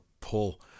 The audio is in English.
pull